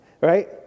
Right